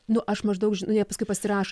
nu aš maždaug žin nu jie paskui pasirašo